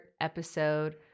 episode